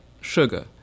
sugar